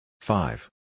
Five